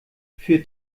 für